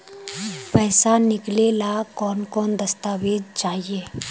पैसा निकले ला कौन कौन दस्तावेज चाहिए?